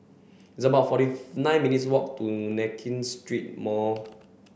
it's about forty nine minutes' walk to Nankin Street Mall